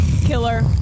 Killer